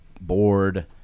bored